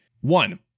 One